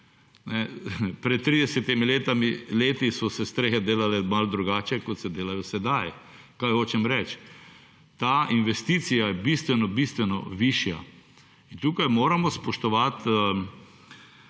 Pred 30 leti so se strehe delale malo drugače, kot se delajo sedaj. Kaj hočem reči? Ta investicija je bistveno bistveno višja. In tukaj moramo spoštovati